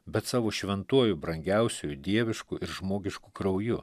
bet savo šventuoju brangiausiuoju dievišku ir žmogišku krauju